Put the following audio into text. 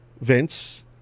Vince